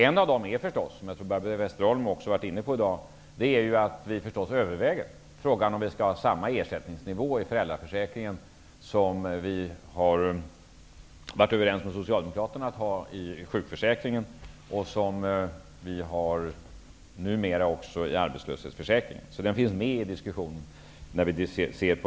En av dessa åtgärder -- som också Barbro Westerholm tidigare var inne på -- är att överväga om man skall ha samma ersättningsnivå i föräldraförsäkringen som vi har varit överens med Socialdemokraterna om att ha i sjukförsäkringen och som vi numera har i arbetslöshetsförsäkringen. Detta finns med i diskussionen.